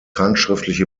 handschriftliche